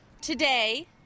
Today